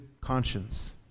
conscience